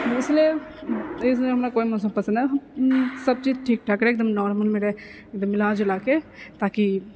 इसलिए इसलिए हमरा कोइ मौसम पसन्द नहि हैय सब चीज ठीकठाक रहै एकदम नॉर्मलमे रहै एकदम मिलाजुलाके ताकि